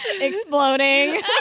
Exploding